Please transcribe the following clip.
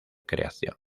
creación